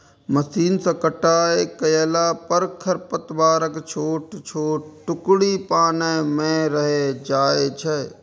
machine सं कटाइ कयला पर खरपतवारक छोट छोट टुकड़ी पानिये मे रहि जाइ छै